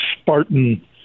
Spartan